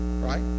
Right